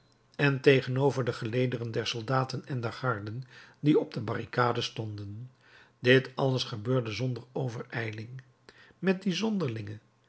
en tegenover de gelederen der soldaten en der garden die op de barricade stonden dit alles gebeurde zonder overijling met die zonderlinge